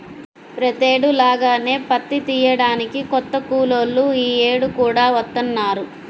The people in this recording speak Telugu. ప్రతేడు లాగానే పత్తి తియ్యడానికి కొత్త కూలోళ్ళు యీ యేడు కూడా వత్తన్నారా